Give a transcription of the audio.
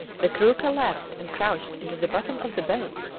the crew collapsed and crouched into the bottom of the boat,